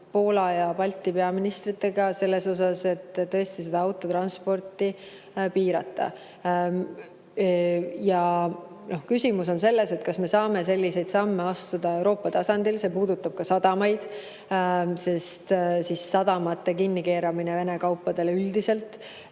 Poola ja Balti peaministritega selle üle, et tõesti seda autotransporti piirata. Küsimus on selles, kas me saame selliseid samme astuda Euroopa tasandil. See puudutab ka sadamaid, sadamate kinnikeeramist Vene kaupadele üldiselt